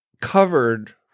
covered